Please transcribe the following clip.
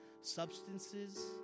substances